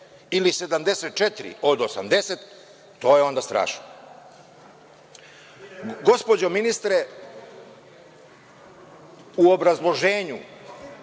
ili 74 od 80, to je onda strašno. Gospođo ministre, u obrazloženju